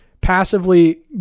passively